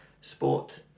Sport